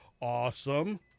awesome